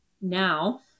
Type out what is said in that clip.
now